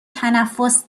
تنفس